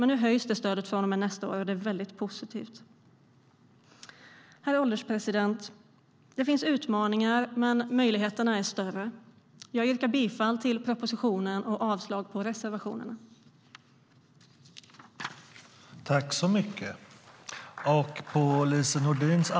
Men nu höjs det från nästa år, och det är väldigt positivt.